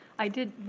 i would,